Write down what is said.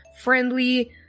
friendly